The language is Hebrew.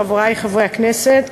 חברי חברי הכנסת,